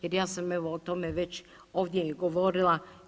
Jer ja sam evo o tome već ovdje i govorila.